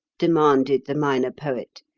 demanded the minor poet.